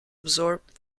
absorbed